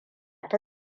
ta